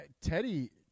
Teddy